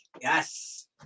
Yes